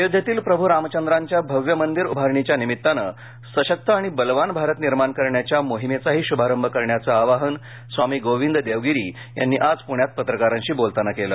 अयोध्येतील प्रभू रामचंद्रांच्या भव्य मंदिर उभारणीच्या निमित्तानं सशक्त आणि बलवान भारत निर्माण करण्याच्या मोहिमेचाही शुभारंभ करण्याचं आवाहन स्वामी गोर्विंद देवगिरी यांनी आज पुण्यात पत्रकारांशी बोलताना केलं